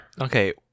Okay